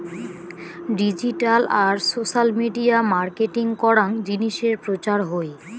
digital আর social media marketing করাং জিনিসের প্রচার হই